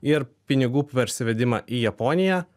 ir pinigų persivedimą į japoniją